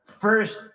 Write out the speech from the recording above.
first